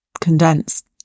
condensed